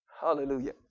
Hallelujah